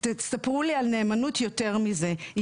ספרו לי על נאמנות יותר מזה.